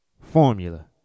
formula